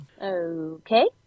Okay